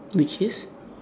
which is